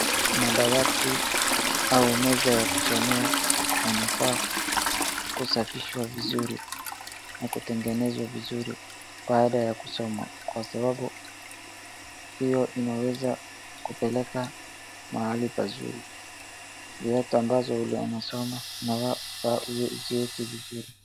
Madawati au meza ya kusomea, yanafaa kusafishwa vizuri, na kutengenezwa vizuri, baada ya kusoma, kwasababu hiyo inaweza kupeleka mahali pazuri. Yoyote ambazo ulizozisoma inafaa uziweke vizuri.